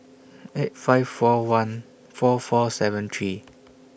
eight five four one four four seven three